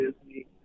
Disney